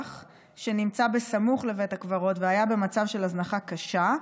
שנמצא סמוך לבית הקברות והיה במצב של הזנחה קשה,